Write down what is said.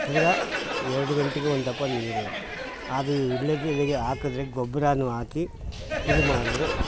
ತಿರ್ಗಿ ಎರಡು ಗಂಟೆಗೆ ಒಂದಪ ನೀರು ಅದು ವಿಳ್ಯದೆಲೆಗೆ ಹಾಕಿದ್ರೆ ಗೊಬ್ಬರಾನು ಹಾಕಿ ಇದು ಮಾಡಿದ್ರೆ